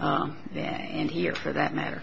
and here for that matter